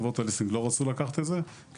חברות הליסינג לא רצו לקחת את זה כי